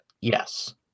Yes